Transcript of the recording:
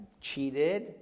cheated